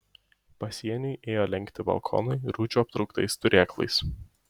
pasieniui ėjo lenkti balkonai rūdžių aptrauktais turėklais